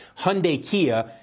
Hyundai-Kia